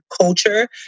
culture